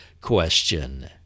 question